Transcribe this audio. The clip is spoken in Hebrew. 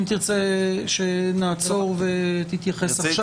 אם תרצה שנעצור ותתייחס עכשיו.